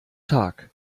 tag